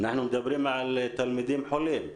אנחנו מדברים על תלמידים חולים.